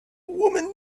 woman